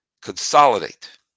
Consolidate